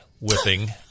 whipping